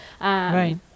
right